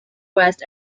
west